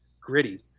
gritty